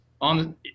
on